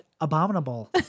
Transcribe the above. Abominable